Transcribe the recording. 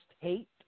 hate